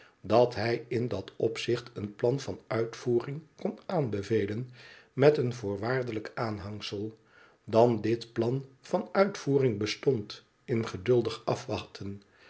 dat hij in dat opzicht een plan van uitvoering kon aanbevelen met een voorwaardelijk aanhangsel dan dit plan van uitvoering bestond in geduldig afwachten